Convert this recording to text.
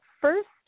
First